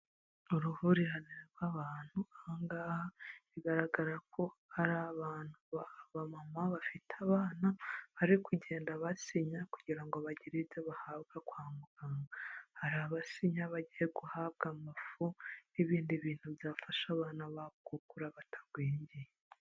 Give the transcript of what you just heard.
Uruhurirane rw'abantu, ahangaha bigaragara ko ari abantu b'abamama bafite abana bari kugenda basinya kugira ngo bagire ibyo bahabwa kwa muganga. Hari abasinya bagiye guhabwa amafu n'ibindi bintu byafasha abana babo gukura batagwingiye.